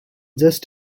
just